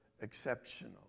exceptional